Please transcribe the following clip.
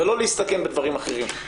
ולא להסתכן בדברים אחרים.